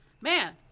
man